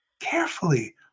carefully